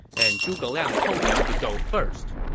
and zhuge liang told him to go first.